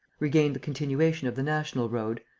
regained the continuation of the national road,